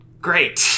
Great